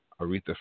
Aretha